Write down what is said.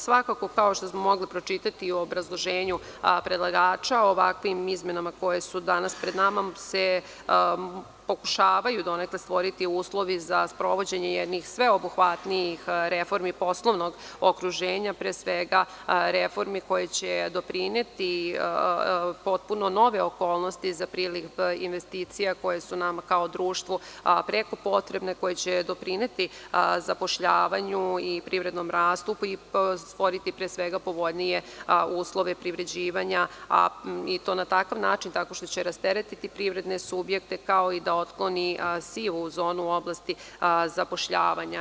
Svakako, kao što mogu pročitati i u obrazloženju predlagača, ovakvim izmenama koje su danas pred nama pokušavaju se donekle stvoriti uslovi za sprovođenje jednih sveobuhvatnih reformi poslovnog okruženja, pre svega reformi koje će doprineti potpuno novim okolnostima za priliv investicija koje su nama kao društvu preko potrebne, koje će doprineti zapošljavanju i privrednom rastu, koji će stvoriti pre svega povoljnije uslove privređivanja i to tako što će rasteretiti privredne subjekte, kao i da otkloni sivu zonu u oblasti zapošljavanja.